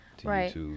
right